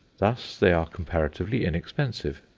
thus they are comparatively inexpensive.